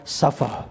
suffer